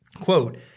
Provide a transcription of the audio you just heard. Quote